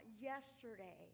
yesterday